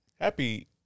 Happy